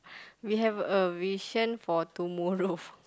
we have a vision for tomorrow